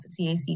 CAC